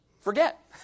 forget